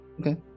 Okay